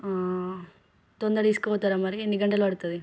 తొందర తీసుకుపోతారా మరి ఎన్ని గంటలు పడుతుంది